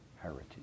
heritage